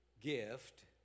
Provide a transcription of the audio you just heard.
gift